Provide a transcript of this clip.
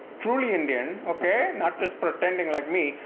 truly indian okay, not just pretending like me.